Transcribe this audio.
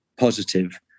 positive